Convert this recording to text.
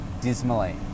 dismally